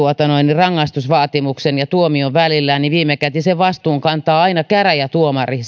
rangaistusvaatimuksen ja tuomion välillä niin viimekätisen vastuun siitä oikeellisuudesta kantaa aina käräjätuomari